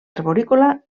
arborícola